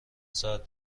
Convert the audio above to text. ساعت